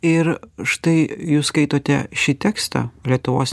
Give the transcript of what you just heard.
ir štai jūs skaitote šį tekstą lietuvos